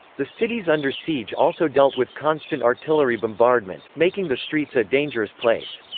the cities under siege also dealt with constant artillery bombardment, making the streets a dangerous place.